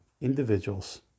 individuals